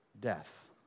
death